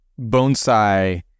bonsai